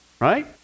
right